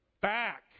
back